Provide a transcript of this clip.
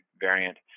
variant